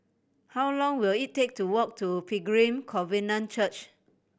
how long will it take to walk to Pilgrim Covenant Church